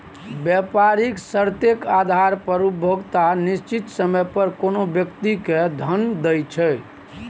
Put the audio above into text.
बेपारिक शर्तेक आधार पर उपभोक्ता निश्चित समय पर कोनो व्यक्ति केँ धन दैत छै